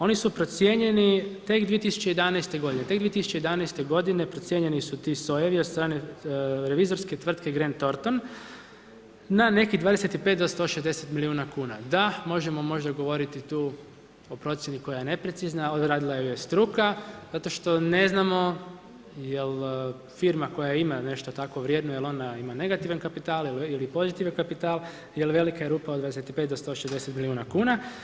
Oni su procijenjeni tek 2011. godine, tek 2011. godine procijenjeni su ti sojevi od strane revizorske tvrtke Grant Thorton na nekih 25 do 160 milijuna kuna, da možemo možda govoriti tu o procjeni koja je neprecizna, a odradila ju je struka zato što ne znamo jel firma koja ima nešto tako vrijedno, jel ona ima negativan kapital ili pozitivan kapital, jel velika je rupa od 25 do 160 milijuna kuna.